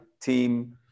team